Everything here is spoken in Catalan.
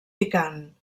picant